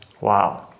Wow